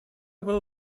было